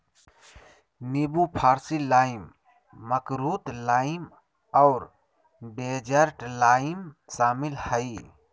नींबू फारसी लाइम, मकरुत लाइम और डेजर्ट लाइम शामिल हइ